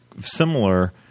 similar